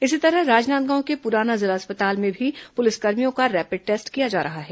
इसी तरह राजनांदगांव के पुराना जिला अस्पताल में भी पुलिसकर्मियों का रैपिड टेस्ट किया जा रहा है